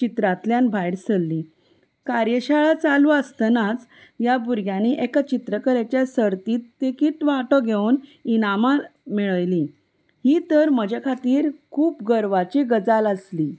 चित्रांतल्यान भायर सरली कार्यशाळा चालू आसतनाच ह्या भुरग्यांनी एका चित्रकलेच्या सर्तींत तिकीत वांटो घेवन इनामां मेळयलीं ही तर म्हजे खातीर खूब गर्वाची गजाल आसली